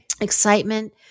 excitement